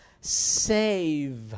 save